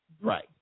right